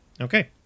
Okay